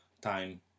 time